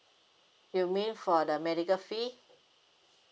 you mean for the medical fee